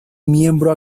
miembro